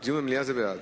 בעד,